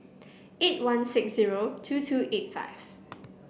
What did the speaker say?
eight one six zero two two eight five